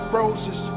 roses